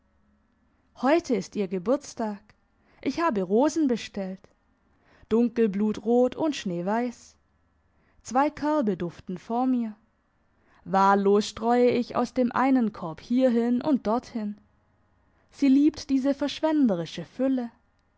heute ist ihr geburtstag ich habe rosen bestellt dunkelblutrot und schneeweiss zwei körbe duften vor mir wahllos streue ich aus dem einen korb hierhin und dorthin sie liebt diese verschwenderische fülle